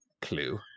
clue